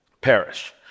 perish